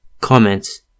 Comments